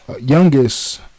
youngest